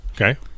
okay